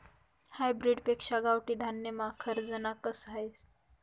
hybrid पेक्शा गावठी धान्यमा खरजना कस हास